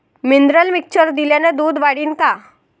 Mineral mixture दिल्यानं दूध वाढीनं का?